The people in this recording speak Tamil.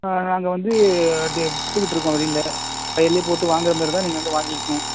நாங்கள் வந்து விற்றுகிட்டு இருக்கோம் வெளியில் வயல்லேயே போட்டு வாங்குகிற மாதிரி இருந்தால் நீங்கள் வந்து வாங்கிக்கங்க